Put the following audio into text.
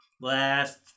last